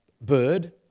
bird